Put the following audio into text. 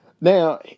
Now